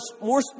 more